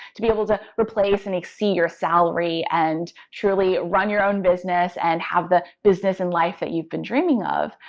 to be able to replace and exceed your salary and truly run your own business and have the business and life that you've been dreaming of,